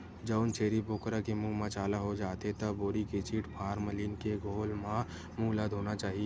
जउन छेरी बोकरा के मूंह म छाला हो जाथे त बोरिक एसिड, फार्मलीन के घोल म मूंह ल धोना चाही